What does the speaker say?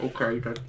Okay